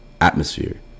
atmosphere